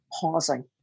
pausing